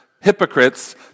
Hypocrites